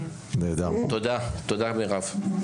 תודה, מירב.